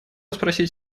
спросить